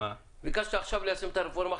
ביקשת עכשיו ליישם את הרפורמה.